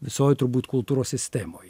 visoj turbūt kultūros sistemoj